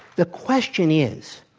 the question is,